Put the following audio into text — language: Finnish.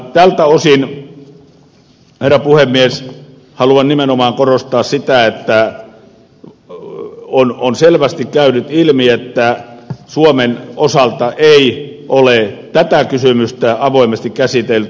tältä osin herra puhemies haluan nimenomaan korostaa sitä että on selvästi käynyt ilmi että suomen osalta ei ole tätä kysymystä avoimesti käsitelty